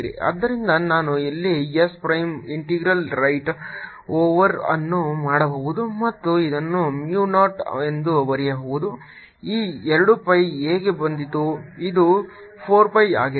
ಆದ್ದರಿಂದ ನಾನು ಇಲ್ಲಿ s prime integral right over ಅನ್ನು ಮಾಡಬಹುದು ಮತ್ತು ಇದನ್ನು mu 0 ಎಂದು ಬರೆಯಬಹುದು ಈ 2 pi ಹೇಗೆ ಬಂದಿತು ಇದು 4 pi ಆಗಿದೆ